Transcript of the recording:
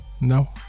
no